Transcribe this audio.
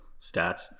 stats